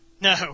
no